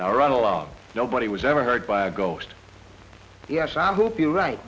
now run along nobody was ever hurt by a ghost yes i hope you're right